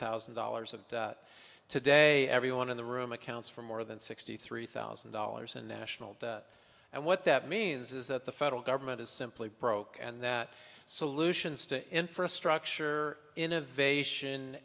thousand dollars of today everyone in the room accounts for more than sixty three thousand dollars in national debt and what that means is that the federal government is simply broke and that solutions to infrastructure innovation